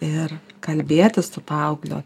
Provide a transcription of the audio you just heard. ir kalbėtis su paaugliu